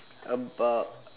about